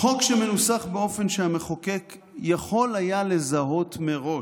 חוק שמנוסח באופן שהמחוקק היה יכול לזהות מראש,